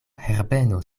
herbeno